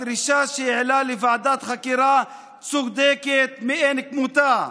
הדרישה שהעלה לוועדת חקירה צודקת מאין כמותה,